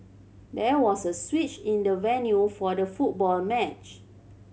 there was a switch in the venue for the football match